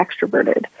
extroverted